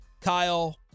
Kyle